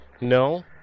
No